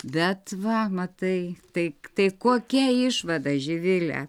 bet va matai tai tai kokia išvada živile